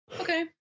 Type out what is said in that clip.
Okay